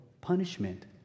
punishment